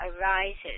arises